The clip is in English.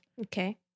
Okay